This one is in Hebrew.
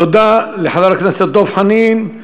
תודה לחבר הכנסת דב חנין.